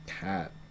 cat